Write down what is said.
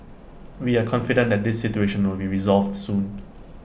we are confident that this situation will be resolved soon